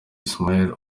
ismaïl